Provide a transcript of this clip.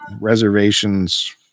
reservations